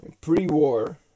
pre-war